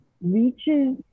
reaches